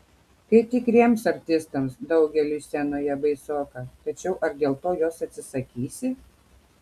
kaip tikriems artistams daugeliui scenoje baisoka tačiau ar dėl to jos atsisakysi